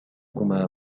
هما